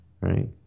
right